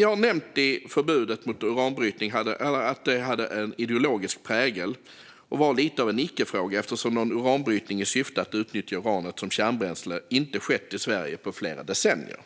Jag har nämnt att förbudet mot uranbrytning hade en ideologisk prägel och var lite av en icke-fråga eftersom någon uranbrytning i syfte att nyttja uranet som kärnbränsle inte skett i Sverige på flera decennier.